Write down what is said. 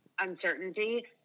uncertainty